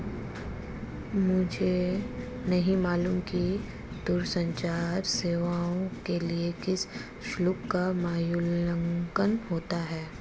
मुझे नहीं मालूम कि दूरसंचार सेवाओं के लिए किस शुल्क का मूल्यांकन होता है?